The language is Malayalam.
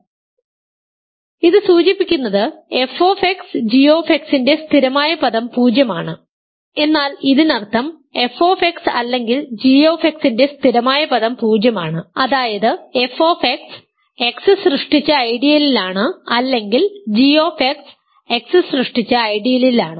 അതിനാൽ ഇത് സൂചിപ്പിക്കുന്നത് f g ൻറെ സ്ഥിരമായ പദം പൂജ്യമാണ് എന്നാൽ ഇതിനർത്ഥം fഅല്ലെങ്കിൽ g ന്റെ സ്ഥിരമായ പദം 0 ആണ് അതായത് f എക്സ് സൃഷ്ടിച്ച ഐഡിയലിലാണ് അല്ലെങ്കിൽ g എക്സ് സൃഷ്ടിച്ച ഐഡിയലിലാണ്